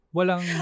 Walang